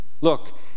Look